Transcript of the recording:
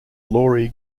lori